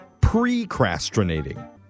precrastinating